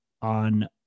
On